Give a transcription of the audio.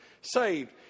saved